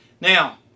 Now